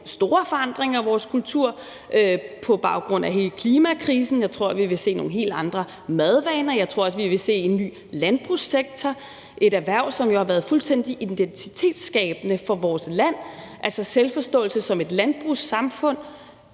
store forandringer af vores kultur på baggrund af hele klimakrisen. Jeg tror, at vi vil se nogle helt andre madvaner, og jeg tror også, vi vil se en ny landbrugssektor, et erhverv, som jo har været fuldstændig identitetsskabende for vores land, altså en selvforståelse som et landbrugssamfund.